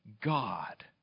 God